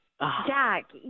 Jack